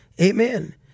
Amen